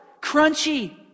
Crunchy